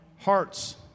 Hearts